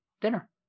dinner